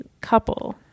couple